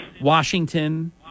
Washington